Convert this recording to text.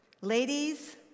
Ladies